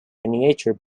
miniature